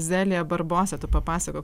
zelija barbosa tu papasakok